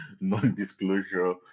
non-disclosure